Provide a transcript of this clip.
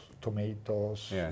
tomatoes